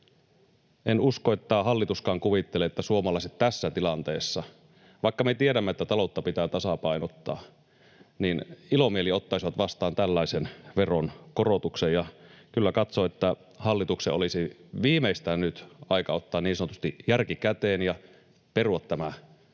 En usko, että tämäkään hallitus kuvittelee, että suomalaiset tässä tilanteessa, vaikka me tiedämme, että taloutta pitää tasapainottaa, ilomielin ottaisivat vastaan tällaisen veronkorotuksen. Kyllä katson, että hallituksen olisi viimeistään nyt aika ottaa niin sanotusti järki käteen ja perua tämä